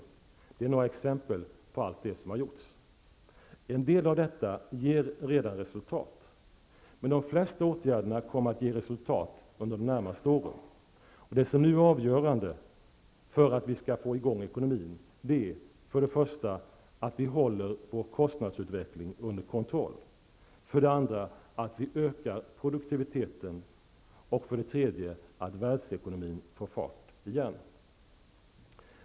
Det är några exempel på allt det som har gjorts. En del av detta ger redan resultat. Men de flesta åtgärderna kommer att ge resultat under de närmaste åren. Det som nu är avgörande för att vi skall få i gång ekonomin är för det första att vi håller vår kostnadsutveckling under kontroll, för det andra att vi ökar produktiviteten och för det tredje att världsekonomin får fart igen.